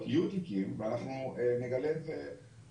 המתנתי יפה ואני גם יודעת לשמור טוב מאוד על המרחב שלכם,